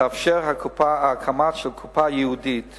תאפשר הקמה של קופה ייעודית